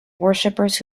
worshippers